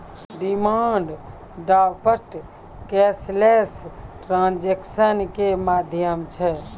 demand draft cashless transaction के माध्यम छै